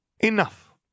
Enough